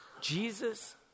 Jesus